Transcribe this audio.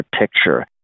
picture